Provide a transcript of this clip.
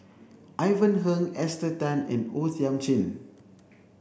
Ivan Heng Esther Tan and O Thiam Chin